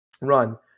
run